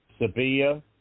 Sabia